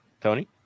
Tony